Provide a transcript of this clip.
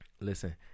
listen